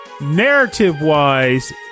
narrative-wise